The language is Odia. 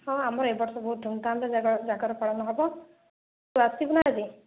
ହଁ ଆମର ଏ ବର୍ଷ ବହୁତ ଧୁମଧାମରେ ଜାଗର ପାଳନ ହେବ ତୁ ଆସିବୁ ନା ଆଜି